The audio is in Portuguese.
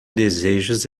desejos